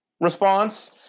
response